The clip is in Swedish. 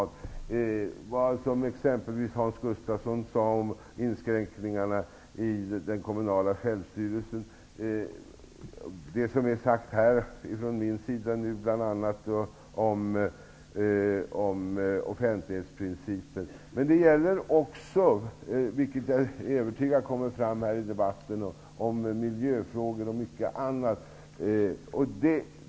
Det gäller t.ex. det Hans Gustafsson sade om inskränkningar i den kommunala självstyrelsen och det jag har sagt om offentlighetsprincipen. Men det här gäller också -- vilket jag är övertygad om kommer att komma fram i debatten -- miljöfrågor och annat.